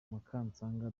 mukansanga